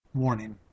Warning